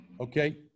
Okay